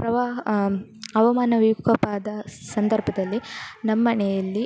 ಪ್ರವಾಹ ಹವಾಮಾನ ವಿಕೋಪ ಆದ ಸಂದರ್ಭದಲ್ಲಿ ನಮ್ಮನೆಯಲ್ಲಿ